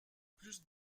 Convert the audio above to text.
plus